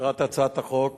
מטרת הצעת החוק